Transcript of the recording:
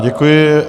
Děkuji.